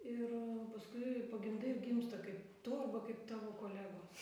ir paskui pagimdai ir gimsta kaip tu arba kaip tavo kolegos